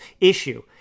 issue